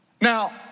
Now